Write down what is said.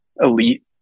elite